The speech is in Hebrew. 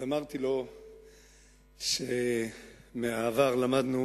ואמרתי לו שמהעבר למדנו